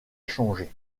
changée